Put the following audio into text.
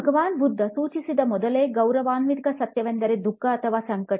ಭಗವಾನ್ ಬುದ್ಧ ಸೂಚಿಸಿದ ಮೊದಲ ಗೌರವಾನ್ವಿತ ಸತ್ಯವೆಂದರೆ "ದುಃಖ" ಅಥವಾ ಸಂಕಟ